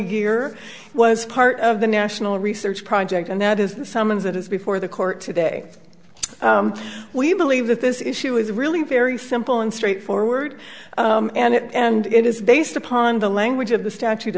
year was part of the national research project and that is the summons that is before the court today we believe that this issue is really very simple and straightforward and it is based upon the language of the statute